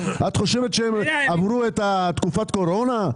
את חושבת שהם עברו את תקופת הקורונה?